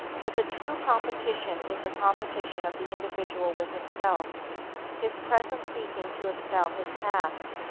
but the true competition is the competition of the individual with himself his present seeking to excel his past.